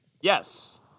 Yes